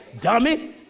Dummy